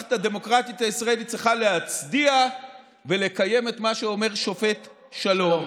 המערכת הדמוקרטית הישראלית צריכה להצדיע ולקיים את מה שאומר שופט שלום.